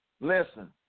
Listen